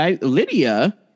Lydia